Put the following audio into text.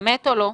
אמת או לא?